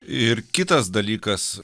ir kitas dalykas